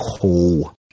cool